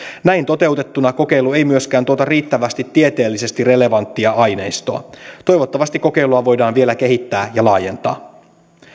näin toteutettuna kokeilu ei myöskään tuota riittävästi tieteellisesti relevanttia aineistoa toivottavasti kokeilua voidaan vielä kehittää ja laajentaa